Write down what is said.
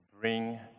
bring